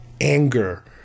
anger